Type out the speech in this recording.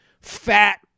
fat